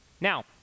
Now